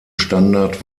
standard